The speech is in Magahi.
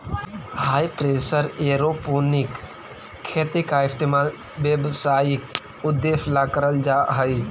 हाई प्रेशर एयरोपोनिक खेती का इस्तेमाल व्यावसायिक उद्देश्य ला करल जा हई